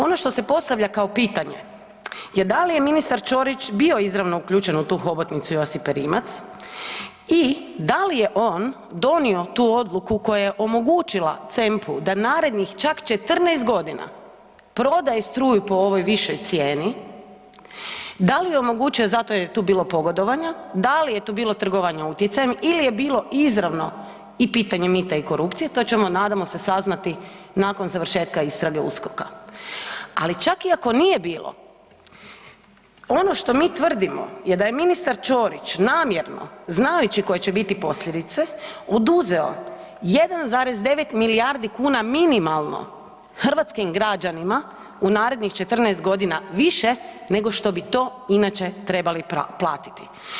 Ono što se postavlja kao pitanje je da li je ministar Ćorić bio izravno uključen u tu hobotnicu Josipe Rimac i da li je on donio tu odluku koja je omogućila CEMPU da narednih čak 14 godina prodaje struju po ovoj višoj cijeni, da li je omogućio zato jel je tu bilo pogodovanja, da li je tu bilo trgovanja utjecajem ili je bilo izravno i pitanje mita i korupcije, to ćemo nadamo se saznati nakon završetka istrage USKOK-a, ali čak i ako nije bilo, ono što mi tvrdimo je da je ministar Ćorić namjerno znajući koje će biti posljedice oduzeo 1,9 milijardi kuna minimalno hrvatskim građanima u narednih 14 godina više nego što bi to inače trebali platiti.